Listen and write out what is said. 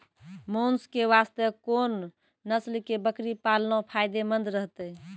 मांस के वास्ते कोंन नस्ल के बकरी पालना फायदे मंद रहतै?